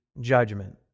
judgment